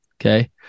Okay